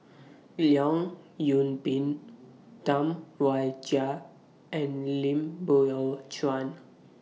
Leong Yoon Pin Tam Wai Jia and Lim Biow Chuan